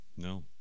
No